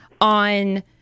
on